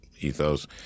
ethos